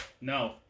No